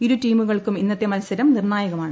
ഇരുടീമുകൾക്കും ഇന്നത്തെ മത്സരം നിർണായകമാണ്